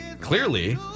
Clearly